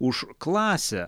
už klasę